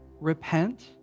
repent